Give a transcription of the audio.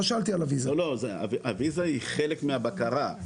הוויזה היא חלק מהבקרה.